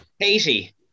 katie